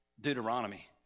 Deuteronomy